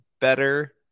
better